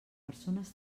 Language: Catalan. persones